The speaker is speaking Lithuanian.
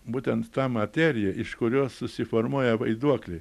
būtent ta materija iš kurios susiformuoja vaiduokliai